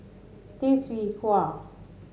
Tay Seow Huah